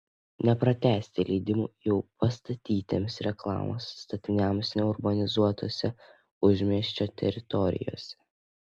nepratęsti leidimų jau pastatytiems reklamos statiniams neurbanizuotose užmiesčio teritorijose